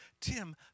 Tim